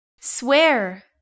swear